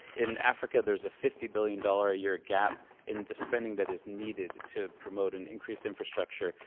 in africa, there's a fifty billion dollars a year gap in the spending that is needed to promote and increase infrastructure,